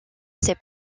ses